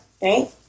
Right